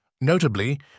Notably